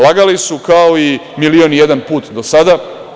Lagali su, kao i milion i jedan put do sada.